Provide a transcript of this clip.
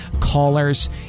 callers